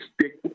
stick